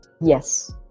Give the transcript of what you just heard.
Yes